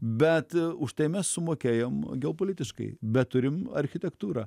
bet už tai mes sumokėjom geopolitiškai bet turim architektūrą